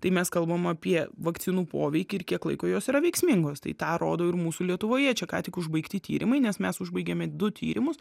tai mes kalbam apie vakcinų poveikį ir kiek laiko jos yra veiksmingos tai tą rodo ir mūsų lietuvoje čia ką tik užbaigti tyrimai nes mes užbaigėme du tyrimus